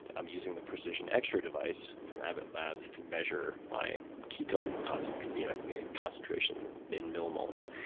i'm using the precision extra device from abbot labs to measure my ketone concentration yeah concentration in millimolars.